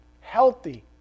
healthy